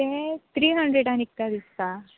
ते त्री हंड्रेडा विकता दिसता